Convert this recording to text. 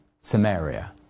Samaria